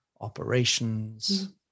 Operations